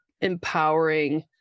empowering